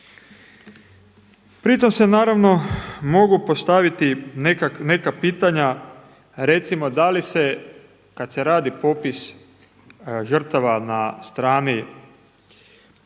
Pri tom se mogu postaviti neka pitanja, recimo da li se kada se radi popis žrtava na strni